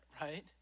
right